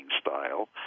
style –